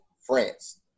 France